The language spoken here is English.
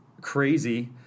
crazy